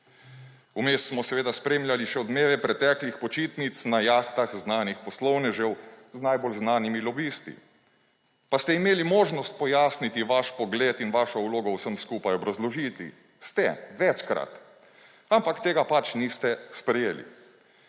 Vmes smo spremljali še odmeve preteklih počitnic na jahtah znanih poslovnežev z najbolj znanimi lobisti. Pa ste imeli možnost pojasniti vaš pogled in vašo vlogo vsem skupaj obrazložiti? Ste, večkrat, ampak tega pač niste sprejeli,